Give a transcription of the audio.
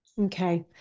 Okay